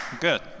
Good